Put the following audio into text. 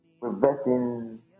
Reversing